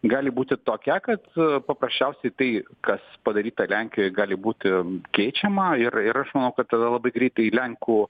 gali būti tokia kad paprasčiausiai tai kas padaryta lenkijoj gali būti keičiama ir ir aš manau kad tada labai greitai lenkų